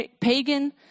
pagan